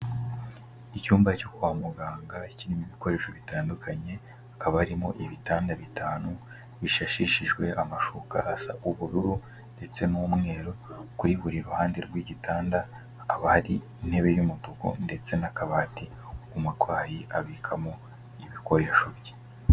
Icyumba cyo kwa muganga kirimo ibikoresho bitandukanye hakaba arimo ibitanda bitanu bishashishijwe amashuka asa ubururu